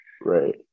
Right